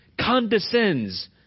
condescends